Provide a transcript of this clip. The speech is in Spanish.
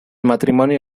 matrimonio